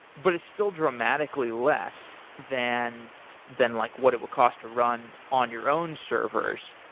but it's still dramatically less than than like what it would cost to run on your own servers.